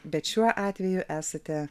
bet šiuo atveju esate